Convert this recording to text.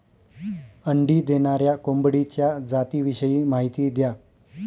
अंडी देणाऱ्या कोंबडीच्या जातिविषयी माहिती द्या